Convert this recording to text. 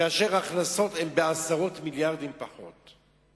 כאשר ההכנסות הן בעשרות מיליארדים פחות?